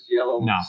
No